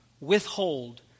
withhold